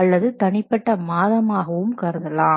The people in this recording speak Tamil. அல்லது தனிப்பட்ட மாதம் ஆகவும் கருதலாம்